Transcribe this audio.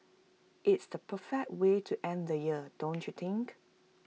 it's the perfect way to end the year don't you think